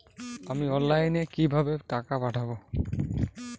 আমি অনলাইনে কিভাবে টাকা পাঠাব?